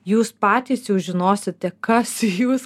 jūs patys jau žinosite kas jūs